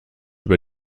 über